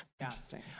Interesting